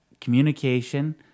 communication